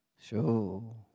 sure